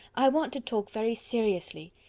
i want to talk very seriously.